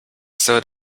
sewed